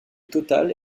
totale